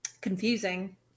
confusing